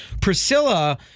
Priscilla